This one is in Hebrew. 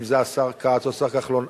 אם זה השר כץ או השר כחלון,